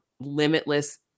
limitless